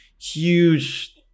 Huge